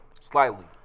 Slightly